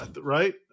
Right